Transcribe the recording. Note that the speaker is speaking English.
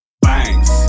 Bangs